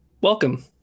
Welcome